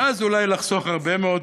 ואז אלי לחסוך הרבה מאוד